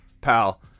pal